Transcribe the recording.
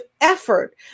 effort